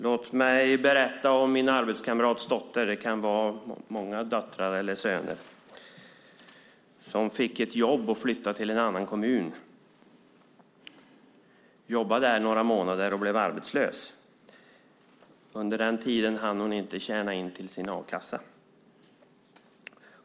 Låt mig berätta om min arbetskamrats dotter, och detta kan gälla många döttrar och söner. Hon fick ett jobb och flyttade till en annan kommun. Hon jobbade där några månader men blev sedan arbetslös. Hon hann inte tjäna in till sin a-kassa.